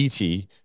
ET